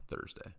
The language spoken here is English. Thursday